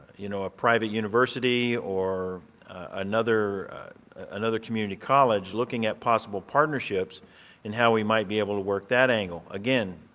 you know, a private university or another another community college looking at possible partnerships and how we might be able to work that angle. again,